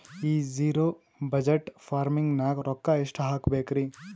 ಈ zero budget farming ನಾಗ್ ರೊಕ್ಕ ಎಷ್ಟು ಹಾಕಬೇಕರಿ?